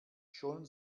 schon